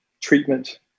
treatment